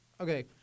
Okay